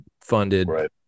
funded